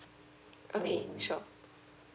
okay sure